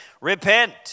Repent